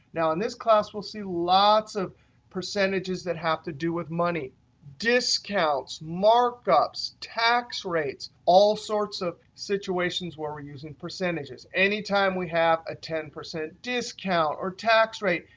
now, in this class, we'll see lots of percentages that have to do with money discounts, markups, tax rates, all sorts of situations where we're using percentages. any time we have a ten percent discount or tax rate,